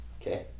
okay